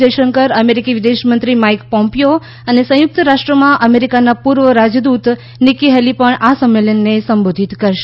જયંશંકર અમેરીકી વિદેશમંત્રી Mike Pompeo અને સંયુક્ત રાષ્ટ્રમાં અમેરિકાનાં પૂર્વ રાજદૂત નિક્કી હેલી પણ સંમેલનને સંબોધીત કરશે